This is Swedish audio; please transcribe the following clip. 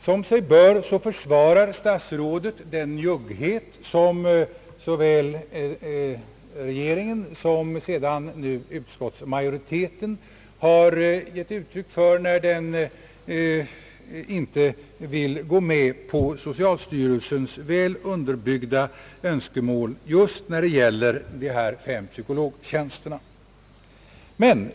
Som sig bör försvarar statsrådet den njugghet, som såväl regeringen som utskottsmajoriteten har gett uttryck för, när man inte vill gå med på socialstyrelsens väl underbyggda önskemål om just dessa fem psykologtjänster.